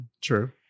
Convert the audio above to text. True